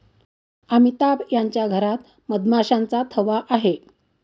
अमिताभ यांच्या घरात मधमाशांचा थवा आहे